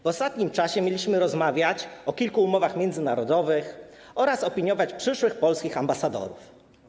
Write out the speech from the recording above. W ostatnim czasie mieliśmy rozmawiać o kilku umowach międzynarodowych oraz opiniować przyszłych polskich ambasadorów.